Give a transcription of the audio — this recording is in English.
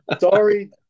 Sorry